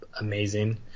amazing